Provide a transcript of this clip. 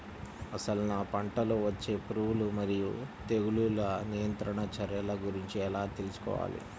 అసలు నా పంటలో వచ్చే పురుగులు మరియు తెగులుల నియంత్రణ చర్యల గురించి ఎలా తెలుసుకోవాలి?